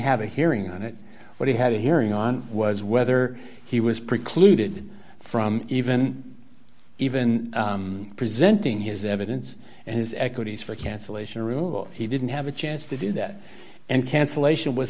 have a hearing on it but he had a hearing on was whether he was precluded from even even presenting his evidence and his equities for cancellation rule he didn't have a chance to do that and cancellation w